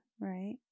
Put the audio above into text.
right